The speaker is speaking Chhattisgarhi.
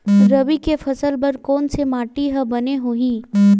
रबी के फसल बर कोन से माटी बने होही?